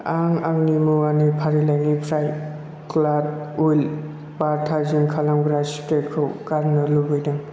आं आंनि मुवानि फारिलाइनिफ्राय ग्लाड उल्द बार थाजिम खालामग्रा स्प्रेखौ गारनो लुबैदों